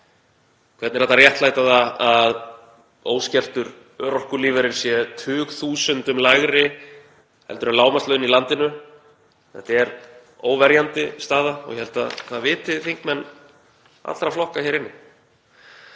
Hvernig er hægt að réttlæta það að óskertur örorkulífeyrir sé tugþúsundum lægri en lágmarkslaun í landinu? Þetta er óverjandi staða og ég held að þingmenn allra flokka hér inni